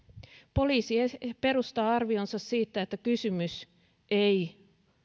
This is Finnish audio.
poliisi perustaa arvionsa siitä että kysymys ei